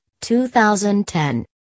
2010